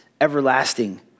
everlasting